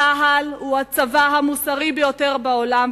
צה"ל הוא הצבא המוסרי ביותר בעולם,